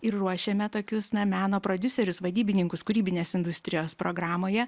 ir ruošiame tokius na meno prodiuserius vadybininkus kūrybinės industrijos programoje